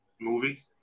movie